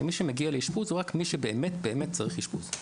שמי שמגיע לאשפוז הוא רק מי שבאמת-באמת צריך אשפוז.